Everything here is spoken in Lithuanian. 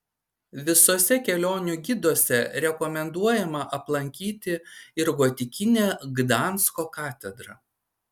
visuose kelionių giduose rekomenduojama aplankyti ir gotikinę gdansko katedrą